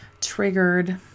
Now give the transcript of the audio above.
triggered